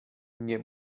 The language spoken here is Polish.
nie